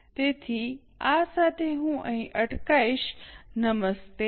તેથી આ સાથે અહીં અટકીશું નમસ્તે